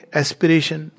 aspiration